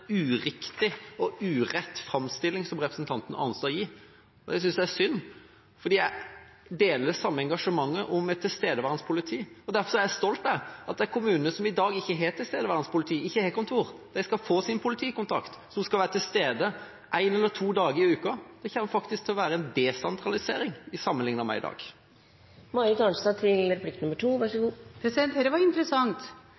uriktig framstilling representanten Arnstad gir. Det synes jeg er synd, for jeg deler det samme engasjementet om et tilstedeværende politi. Derfor er jeg stolt av at de kommunene som i dag ikke har tilstedeværende politi og ikke har kontor, skal få sin politikontakt som skal være til stede én eller to dager i uka. Det kommer faktisk til å være en desentralisering sammenlignet med i dag. Dette var interessant.